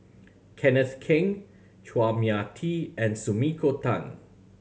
Kenneth Keng Chua Mia Tee and Sumiko Tan